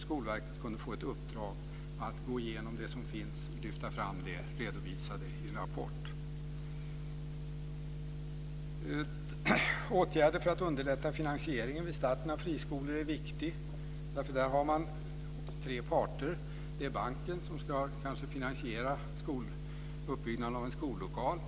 Skolverket kunde få i uppdrag att gå igenom det som finns, lyfta fram det och redovisa det i en rapport. Åtgärder för att underlätta finansieringen vid starten av friskolor är viktiga. Där har man tre parter. Det är banken som kanske ska finansiera uppbyggnaden av en skollokal.